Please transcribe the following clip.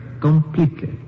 Completely